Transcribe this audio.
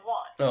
one